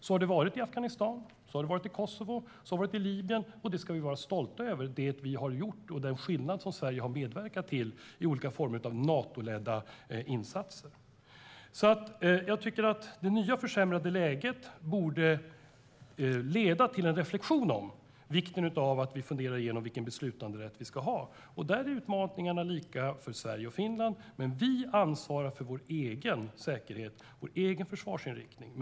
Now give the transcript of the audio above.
Så har det varit i Afghanistan, i Kosovo och i Libyen, och vi ska vara stolta över det och den skillnad som Sverige har medverkat till genom olika former av Natoledda insatser. Det nya försämrade läget borde leda till en reflexion om vikten av att vi funderar igenom vilken beslutanderätt som vi vill ha. Där är utmaningarna lika för Sverige och Finland, men vi ansvarar för vår egen säkerhet och försvarsinriktning.